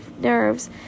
nerves